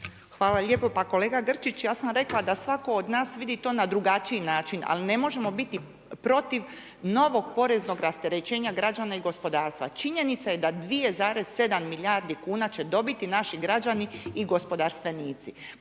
Hvala lijepo. Pa kolega Grčić, ja sam rekla da svatko od nas vidi to na drugačiji način. Ali ne možemo biti protiv novog poreznog rasterećenja građana i gospodarstva. Činjenica je da 2,7 milijarde kuna će dobiti naši građani i gospodarstvenici.